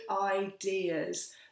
ideas